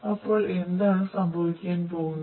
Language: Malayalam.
അപ്പോൾ എന്താണ് സംഭവിക്കാൻ പോകുന്നത്